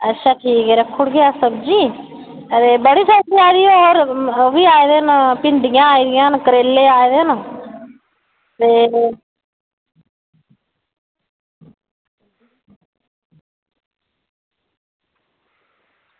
अच्छा ठीक ऐ रक्खी ओड़गे अस सब्जी ते बड़ी सब्ज़ी आई दी होर ओह्बी आए दे न भिंडियां आई दियां न करेले आए दे न ते